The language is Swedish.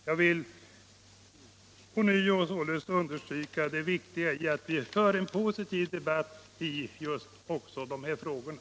Jag vill således ånyo understryka det viktiga i att vi för en positiv debatt i just de här frågorna.